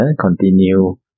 continue